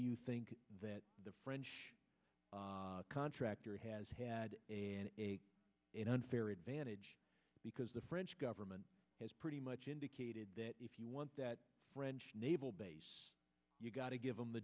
you think that the french contractor has had an unfair advantage because the french government has pretty much indicated if you want that french naval base you've got to give them the